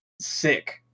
sick